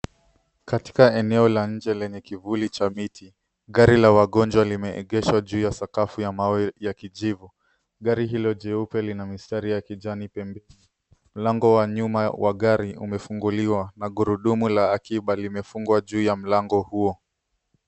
Katika eneo la nje lenye kivuli cha miti gari la wagonjwa limeegezwa juu ya sakafu ya mawe ya kijivu. Gari hilo jeupe lina mistari ya kijani pembeni, mlango wa nyuma wa gari umefunguliwa na gurudumu la akiba limefungwa juu ya mlango huo.